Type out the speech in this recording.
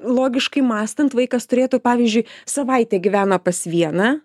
logiškai mąstant vaikas turėtų pavyzdžiui savaitę gyveno pas vieną